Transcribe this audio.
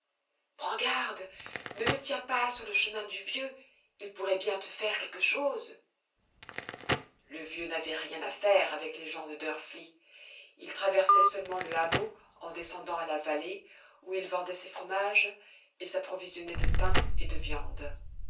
prends garde ne te tiens pas sur le chemin du vieux il pourrait bien te faire quelque chose le vieux n'avait rien à faire avec les gens de drfli il traversait seulement le hameau en descendant à la vallée où il vendait ses fromages et s'approvisionnait de pain et de viande